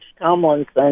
Tomlinson